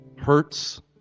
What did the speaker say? hurts